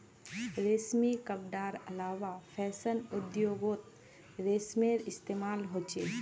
रेशमी कपडार अलावा फैशन उद्द्योगोत रेशमेर इस्तेमाल होचे